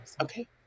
Okay